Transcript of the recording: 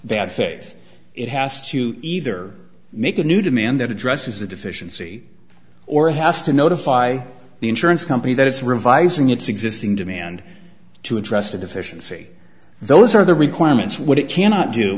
that faith it has to either make a new demand that addresses the deficiency or has to notify the insurance company that it's revising its existing demand to address the deficiency those are the requirements what it cannot do